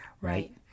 Right